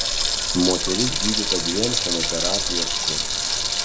moteris gydyta dviem chemoterapijos kursais